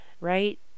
right